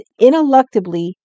ineluctably